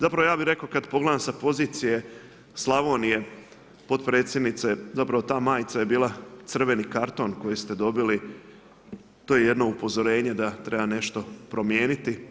Zapravo ja bi rekao kada pogledam sa pozicije Slavonije, potpredsjednice zapravo ta majica je bila crveni karton koji ste dobili, to je jedno upozorenje da treba nešto promijeniti.